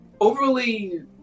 overly